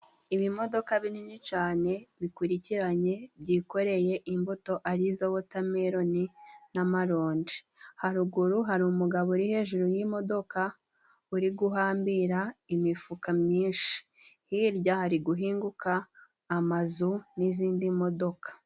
Ibimodoka binini cane bikurikiranye byikoreye imbuto arizo Wotameroni n'amaronji, haruguru hari umugabo uri hejuru y'imodoka uri guhambira imifuka myinshi, hirya hari guhinguka amazu n'izindi modoka.